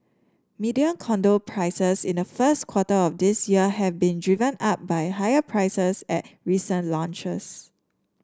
median condo prices in the first quarter of this year have been driven up by higher prices at recent launches